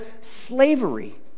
slavery